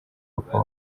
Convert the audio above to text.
papa